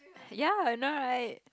ya I know right